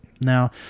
Now